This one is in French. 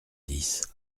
dix